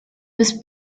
was